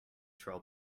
troll